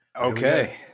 Okay